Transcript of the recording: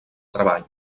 treball